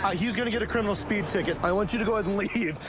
he's going to get a criminal speeding ticket. i want you to go ahead and leave.